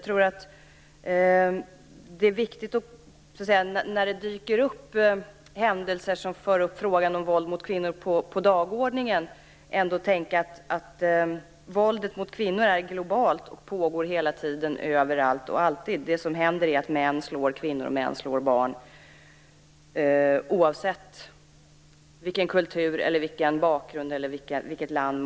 När det dyker upp händelser som för upp frågan om våld mot kvinnor på dagordningen är det viktigt att tänka på att våldet mot kvinnor är globalt - det pågår hela tiden, överallt och alltid. Män slår kvinnor och barn oavsett kultur, bakgrund eller land.